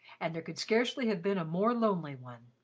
and there could scarcely have been a more lonely one.